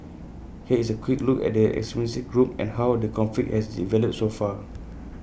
here is A quick look at the extremist group and how the conflict has developed so far